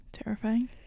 Terrifying